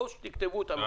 או שתכתבו אותה מחדש.